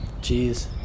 Jeez